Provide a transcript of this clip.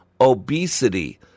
obesity